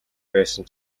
байсан